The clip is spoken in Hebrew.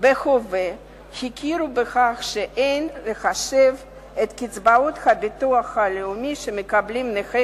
ובהווה הכירו בכך שאין לחשב את קצבאות הביטוח הלאומי שמקבלים נכי